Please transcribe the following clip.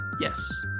yes